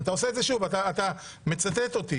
בבקשה, אתה עושה את זה שוב, אתה מצטט אותי.